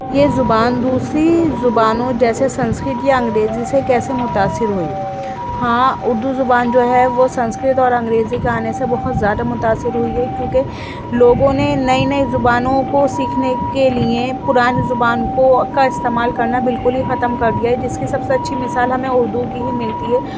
یہ زبان دوسری زبانوں جیسے سنسکرت یا انگریزی سے کیسے متاثر ہوئی ہاں اُردو زبان جو ہے وہ سنسکرت اور انگریزی کے آنے سے بہت زیادہ مُتاثر ہوئی ہے کیونکہ لوگوں نے نئی نئی زبانوں کو سیکھنے کے لئے پرانی زبان کو کا استعمال کرنا بالکل ہی ختم کر دیا ہے جس کی سب سے اچھی مِثال ہمیں اُردو کی ہی ملتی ہے